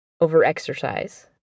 over-exercise